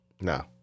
No